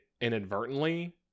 inadvertently